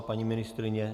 Paní ministryně?